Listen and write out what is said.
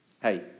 Hey